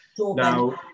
now